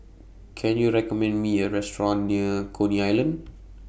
Can YOU recommend Me A Restaurant near Coney Island